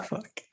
Fuck